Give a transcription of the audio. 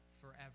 forever